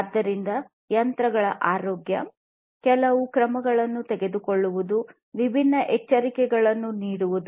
ಆದ್ದರಿಂದ ಯಂತ್ರಗಳ ಆರೋಗ್ಯ ಕೆಲವು ಕ್ರಮಗಳನ್ನು ತೆಗೆದುಕೊಳ್ಳುವುದು ವಿಭಿನ್ನ ಎಚ್ಚರಿಕೆಗಳನ್ನು ನೀಡುವು